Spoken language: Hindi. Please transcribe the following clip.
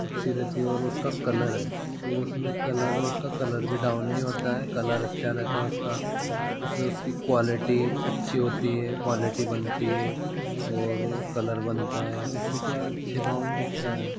अच्छी रहती है और उसका कलर है तो उसमें कलर है उसका कलर भी डाउन नहीं होता है कलर अच्छा रहता है उसका उससे उसकी क्वालिटी अच्छी होती है क्वालिटी बनती है और कलर बनता है उससे क्या अच्छे दाम बिकता है